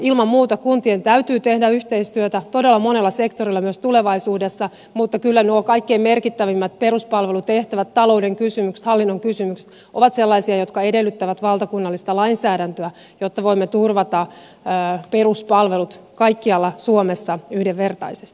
ilman muuta kuntien täytyy tehdä yhteistyötä todella monella sektorilla myös tulevaisuudessa mutta kyllä nuo kaikkein merkittävimmät peruspalvelutehtävät talouden kysymykset hallinnon kysymykset ovat sellaisia jotka edellyttävät valtakunnallista lainsäädäntöä jotta voimme turvata peruspalvelut kaikkialla suomessa yhdenvertaisesti